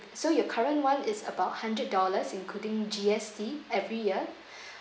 so your current [one] is about hundred dollars including G_S_T every year